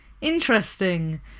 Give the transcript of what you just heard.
interesting